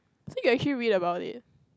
so you actually read about it